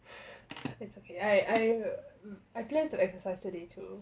it's okay I I I planned to exercise today too